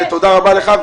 תודה רבה לך.